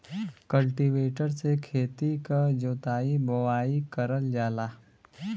cultivator से खेती क जोताई बोवाई करल जाला